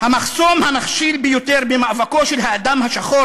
המחסום המכשיל ביותר במאבקו של האדם השחור